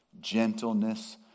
gentleness